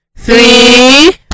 three